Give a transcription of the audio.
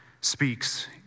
speaks